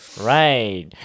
Right